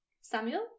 Samuel